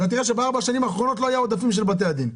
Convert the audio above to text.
אתה תראה שבארבע שנים האחרונות לא היו עודפים של בתי הדין.